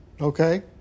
Okay